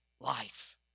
life